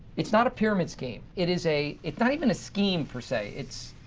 it's not a pyramid scheme. it is a. it's not even a scheme per se. it's.